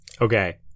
Okay